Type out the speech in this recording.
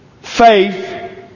faith